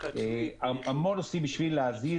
בשביל להזיז